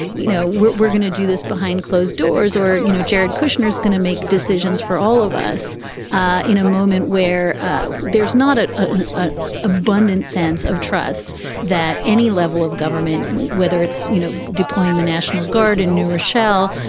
you know, we're we're gonna do this behind closed doors or, you know, jared kushner is going to make decisions for all of us ah in a moment where there's not ah an an abundant sense of trust that any level of government, whether it's, you know, deploying the national guard in new rochelle,